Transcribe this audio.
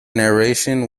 narration